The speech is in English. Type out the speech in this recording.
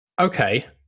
okay